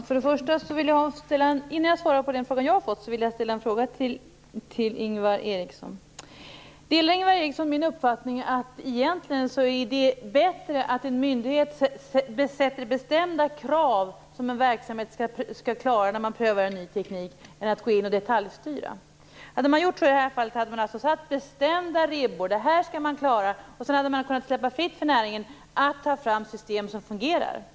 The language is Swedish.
Herr talman! Innan jag svarar på den fråga som jag har fått vill jag ställa en fråga till Ingvar Eriksson. Delar Ingvar Eriksson min uppfattning att det egentligen är bättre att en myndighet fastställer bestämda krav som en verksamhet skall uppfylla när man prövar en ny teknik än att myndigheten går in och detaljstyr? Hade man gjort så i det här fallet hade man beslutat om fasta ribbor för vad som skall gälla. Sedan hade man kunnat släppa fritt för näringen att ta fram system som fungerar.